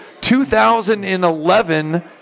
2011